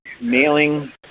mailing